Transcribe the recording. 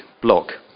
block